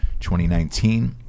2019